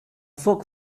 foc